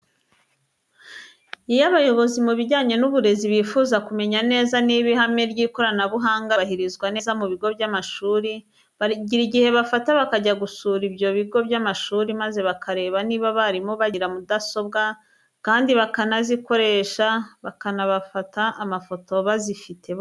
Iyo abayobozi mu bijyanye n'uburezi bifuza kumenya neza niba ihame ry'ikoranabuhanga ryubahirizwa neza mu bigo by'amashuri, bagira igihe bafata bakajya gusura ibyo bigo by'amashuri maze bakareba niba abarimu bagira mudasobwa, kandi bakanazikoresha bakanabafata amafoto bazifite bose.